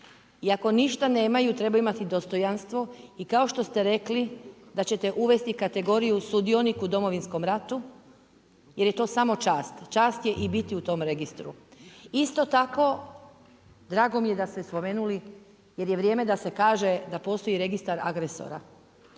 i ako ništa nemaju, treba imati dostojanstvo i kao što ste rekli da ćete uvesti kategoriju sudionik u Domovinskom ratu, jer je to samo čast. Čast je i biti u tom registru. Isto tako, drago mi je da ste spomenuli, jer je vrijeme da se kaže da postoji registar agresora.